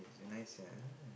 is it nice ah